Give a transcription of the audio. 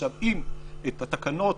אם את התקנות